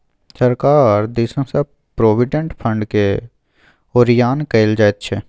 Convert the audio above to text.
सरकार दिससँ प्रोविडेंट फंडकेँ ओरियान कएल जाइत छै